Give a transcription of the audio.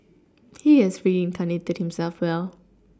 he has reincarnated himself well